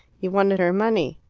you wanted her money.